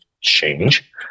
change